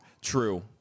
True